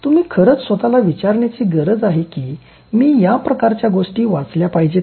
तर तुम्ही खरंच स्वतला विचारण्याची गरज आहे की मी या प्रकारच्या गोष्टी वाचल्या पाहिजेत का